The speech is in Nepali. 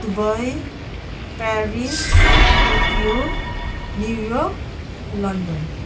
Dubai Paris Tokyo New York London